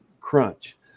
crunch